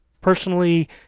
Personally